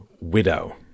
widow